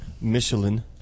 Michelin